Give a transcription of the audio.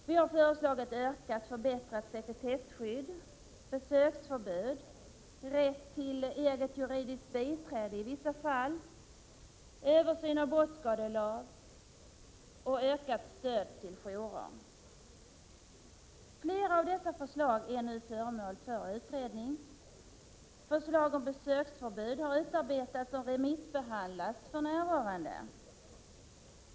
Vi har föreslagit förbättrat sekretesskydd, besöksförbud, rätt till eget juridiskt biträde i vissa fall, översyn av brottskadelag och ökat stöd till jourer. Flera av dessa förslag är nu föremål för utredning. Förslag om besöksförbud har utarbetats och remissbehandlas för närvarande.